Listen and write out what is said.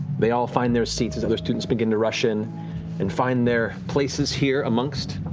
they all find their seats as other students begin to rush in and find their places here amongst